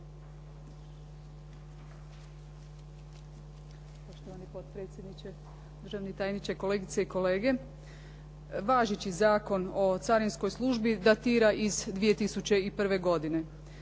Poštovani potpredsjedniče, državni tajniče, kolegice i kolege. Važeći Zakon o carinskoj službi datira iz 2001. godine.